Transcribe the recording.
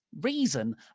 reason